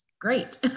great